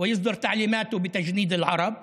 להלן תרגומם: בג"ץ החליט שהוא לא יכול להורות,